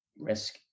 risk